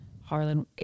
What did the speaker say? Harlan